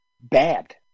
bad